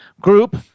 Group